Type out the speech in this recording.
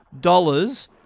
dollars